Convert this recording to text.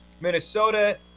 Minnesota